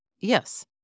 Yes